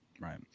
Right